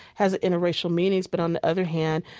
has interracial meetings, but on the other hand,